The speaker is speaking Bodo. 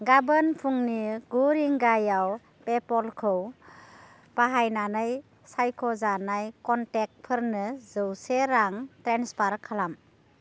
गाबोन फुंनि गु रिंगायाव पेप'लखौ बाहायनानै सायख'जानाय कनटेक्टफोरनो जौसे रां ट्रेन्सफार खालाम